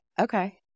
Okay